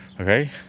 okay